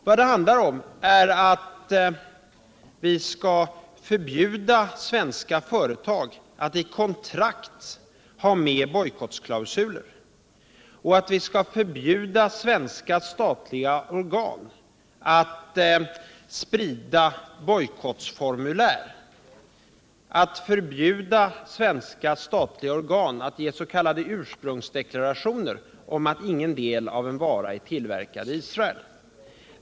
Vad det handlar om är att vi skall förbjuda svenska företag att i kontrakt ha med bojkottsklausuler och att vi skall förbjuda svenska statliga organ att sprida bojkottsformulär, att förbjuda svenska statliga organ att ge s.k. ursprungsdeklarationer om att ingen del av en vara är tillverkad i Israel.